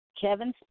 Kevin